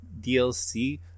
DLC